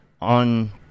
on